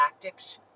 tactics